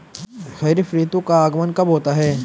खरीफ ऋतु का आगमन कब होता है?